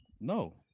No